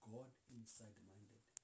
God-inside-minded